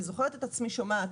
אני זוכרת את עצמי שומעת: